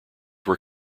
were